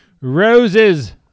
Roses